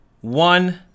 one